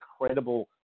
incredible